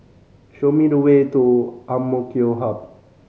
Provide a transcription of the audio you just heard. show me the way to AMK Hub